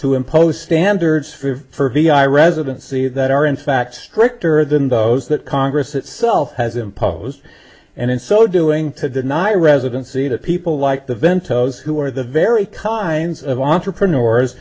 to impose standards for vi residency that are in fact stricter than those that congress itself has imposed and in so doing to deny residency to people like the vento is who are the very kinds of entrepreneur